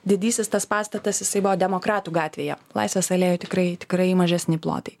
didysis tas pastatas jisai buvo demokratų gatvėje laisvės alėjoj tikrai tikrai mažesni plotai